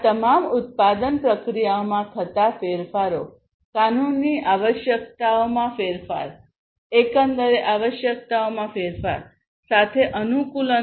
આ તમામ ઉત્પાદન પ્રક્રિયાઓમાં થતા ફેરફારો કાનૂની આવશ્યકતાઓમાં ફેરફાર એકંદર આવશ્યકતાઓમાં ફેરફાર સાથે અનુકૂલન